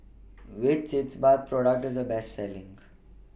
Which Sitz Bath Product IS The Best Selling